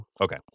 Okay